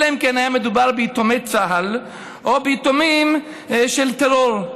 אלא אם כן היה מדובר ביתומי צה"ל או ביתומים של טרור.